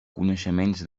coneixements